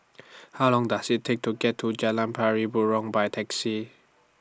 How Long Does IT Take to get to Jalan Pari Burong By Taxi